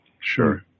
Sure